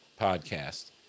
podcast